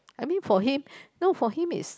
I mean for him no for him is